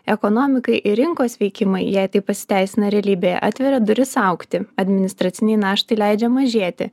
ekonomikai ir rinkos veikimai jei tai pasiteisina realybėje atveria duris augti administracinei naštai leidžia mažėti